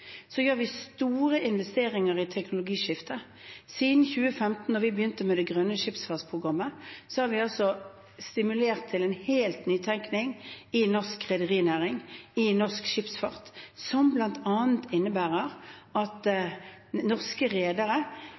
gjør også store investeringer i teknologiskiftet. Siden 2015, da vi begynte med det grønne skipsfartsprogrammet, har vi stimulert til en helt ny tenkning i norsk rederinæring og norsk skipsfart, noe som bl.a. innebærer at norske redere